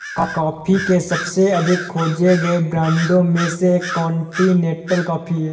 coffee के सबसे अधिक खोजे गए ब्रांडों में से एक कॉन्टिनेंटल कॉफ़ी है